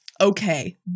okay